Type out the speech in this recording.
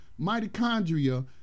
Mitochondria